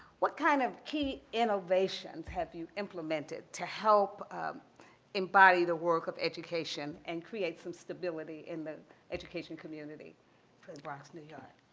what kind of key innovations have you implemented to help embody the work of education and create some stability in the education community for the bronx, new york?